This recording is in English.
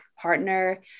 partner